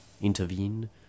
intervene